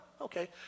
okay